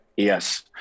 Yes